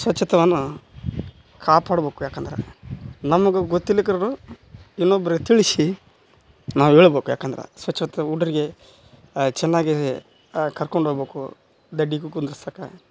ಸ್ವಚ್ಛತವನ್ನು ಕಾಪಾಡ್ಬೇಕು ಯಾಕಂದರೆ ನಮ್ಗೆ ಗೊತ್ತಿಲ್ಲಿಕರನು ಇನ್ನೊಬ್ರು ತಿಳ್ಸಿ ನಾವು ಹೇಳ್ಬೇಕ್ ಯಾಕಂದ್ರೆ ಸ್ವಚ್ಛತ್ವ ಹುಡ್ರಿಗೆ ಚೆನ್ನಾಗಿ ಕರ್ಕೊಂಡು ಹೋಗ್ಬೇಕು ದಡ್ಡಿಗೂ ಕುಂದರ್ಸಕ್ಕೆ